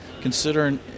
considering